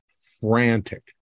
frantic